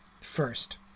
First